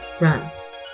Runs